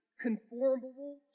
conformable